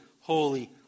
holy